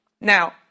now